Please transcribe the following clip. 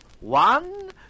one